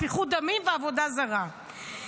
שפיכות דמים ועבודה זרה.